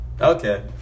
Okay